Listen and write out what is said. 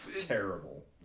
terrible